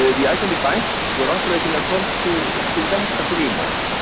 ah the icelandic banks were operating according to to that agreement.